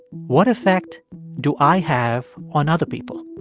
what effect do i have on other people?